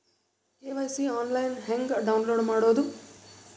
KYC online ಹೆಂಗ್ download ಮಾಡೋದು?